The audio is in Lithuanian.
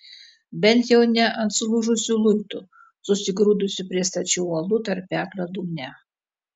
bent jau ne ant sulūžusių luitų susigrūdusių prie stačių uolų tarpeklio dugne